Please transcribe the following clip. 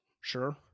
sure